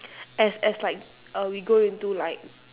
as as like err we go into like